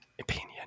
opinion